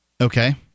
Okay